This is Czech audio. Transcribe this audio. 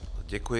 Děkuji.